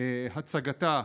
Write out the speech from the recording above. הצגתה